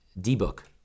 D-Book